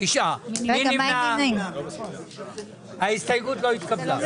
הצבעה לא אושר נגד 9. ההסתייגות לא התקבלה.